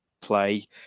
play